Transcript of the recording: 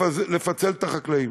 לפצל את החקלאים.